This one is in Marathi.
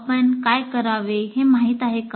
आपण काय करावे हे माहित आहे का